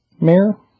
mayor